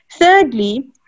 thirdly